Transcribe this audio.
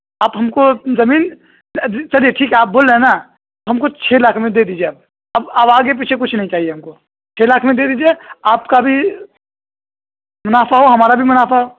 آپ ہم کو زمین چلیے ٹھیک ہے آپ بول رہے ہیں نا ہم کو چھ لاکھ میں دے دیجیے آپ اب آپ آگے پیچھے کچھ نہیں چاہیے ہم کو چھ لاکھ میں دے دیجیے آپ کا بھی منافع ہو ہمارا بھی منافع ہو